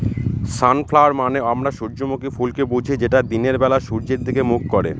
sunflower মানে আমরা সূর্যমুখী ফুলকে বুঝি যেটা দিনের বেলা সূর্যের দিকে মুখ করে